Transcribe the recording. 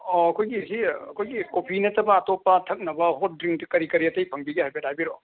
ꯑꯣ ꯑꯩꯈꯣꯏꯒꯤꯁꯤ ꯑꯩꯈꯣꯏꯒꯤ ꯀꯣꯐꯤ ꯅꯠꯇꯕ ꯑꯇꯣꯞꯄ ꯊꯛꯅꯕ ꯍꯣꯠ ꯗ꯭ꯔꯤꯡꯛꯇꯤ ꯀꯔꯤ ꯀꯔꯤ ꯑꯇꯩ ꯐꯪꯕꯤꯒꯦ ꯍꯥꯏꯐꯦꯠ ꯍꯥꯏꯕꯤꯔꯛꯑꯣ